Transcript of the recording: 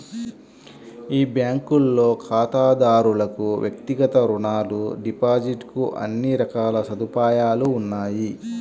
ఈ బ్యాంకులో ఖాతాదారులకు వ్యక్తిగత రుణాలు, డిపాజిట్ కు అన్ని రకాల సదుపాయాలు ఉన్నాయి